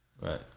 Right